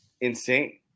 insane